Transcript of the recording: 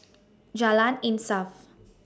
Jalan Insaf